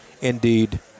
indeed